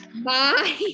bye